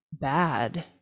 bad